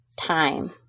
time